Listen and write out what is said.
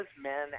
men